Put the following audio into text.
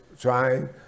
trying